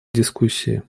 дискуссии